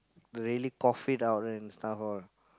really cough it out and stuff all